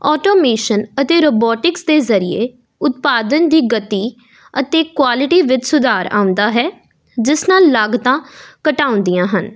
automation ਅਤੇ robotics ਦੇ ਜ਼ਰੀਏ ਉਤਪਾਦਨ ਦੀ ਗਤੀ ਅਤੇ ਕੁਆਲਟੀ ਵਿੱਚ ਸੁਧਾਰ ਆਉਂਦਾ ਹੈ ਜਿਸ ਨਾਲ ਲਾਗਤਾਂ ਘੱਟ ਆਉਂਦੀਆ ਹਨ